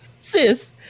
Sis